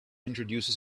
introduces